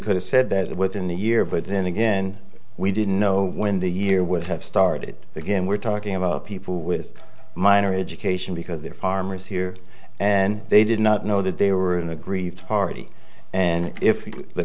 could've said that within the year but then again we didn't know when the year would have started again we're talking about people with minor education because they're farmers here and they did not know that they were an aggrieved party and if the